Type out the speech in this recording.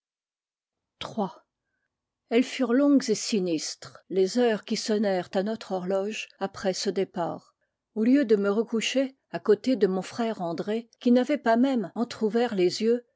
elles furent longues et sinistres les heures qui sonnèrent à notre horloge après ce départ au lieu de me recoucher à côté de mon frère andré qui n'avait pas même entr'ouvert les yeux